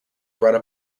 brought